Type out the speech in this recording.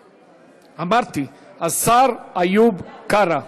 אמרתי, השר איוב קרא.